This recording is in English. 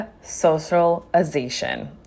socialization